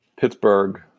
Pittsburgh